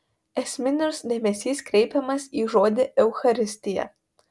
esminis dėmesys kreipiamas į žodį eucharistija